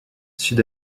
sud